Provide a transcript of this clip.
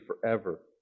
forever